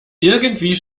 irgendwie